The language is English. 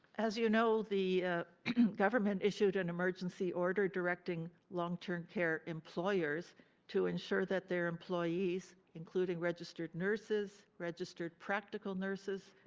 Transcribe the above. as you know, the government issued an emergency order directing long-term care employers to ensure that their employees, including registered nurses, registered practical nurses,